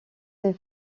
des